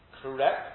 Correct